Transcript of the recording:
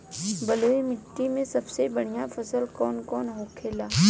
बलुई मिट्टी में सबसे बढ़ियां फसल कौन कौन होखेला?